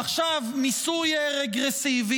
עכשיו, מיסוי רגרסיבי.